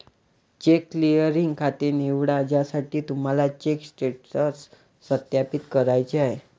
check clearing खाते निवडा ज्यासाठी तुम्हाला चेक स्टेटस सत्यापित करायचे आहे